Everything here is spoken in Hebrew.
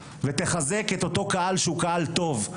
ותחזק את אותו קהל שהוא קהל טוב.